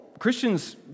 Christians